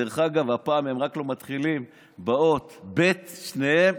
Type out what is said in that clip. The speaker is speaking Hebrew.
דרך אגב, הפעם הם רק לא מתחילים באות ב' שניהם.